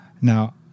Now